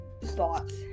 Thoughts